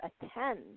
attend